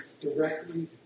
directly